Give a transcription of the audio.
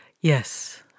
Yes